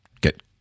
get